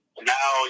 now